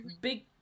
big